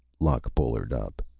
lock bullard up.